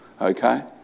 okay